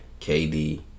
KD